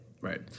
Right